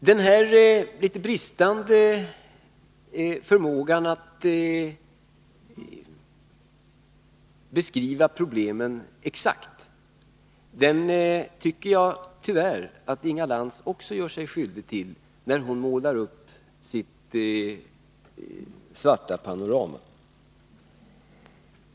Den här något bristande förmågan att beskriva problemen exakt är tyvärr något som även Inga Lantz ådagalägger, tycker jag, när hon målar upp sitt svarta panorama.